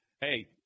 Hey